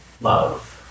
love